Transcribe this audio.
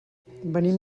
venim